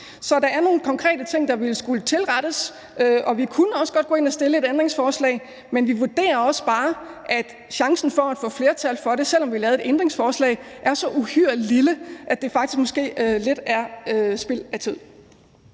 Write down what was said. Så der er nogle konkrete ting, der ville skulle tilrettes, og vi kunne også godt gå ind og stille et ændringsforslag. Men vi vurderer også bare, at chancen for at få flertal for forslaget, selv om vi lavede et ændringsforslag, ville være så uhyre lille, at det faktisk måske ville være lidt spild af tid.